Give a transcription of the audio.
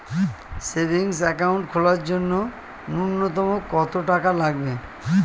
Savings account খোলার জন্য নূন্যতম কত টাকা লাগবে?